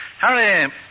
Harry